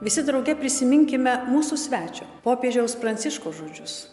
visi drauge prisiminkime mūsų svečio popiežiaus pranciškaus žodžius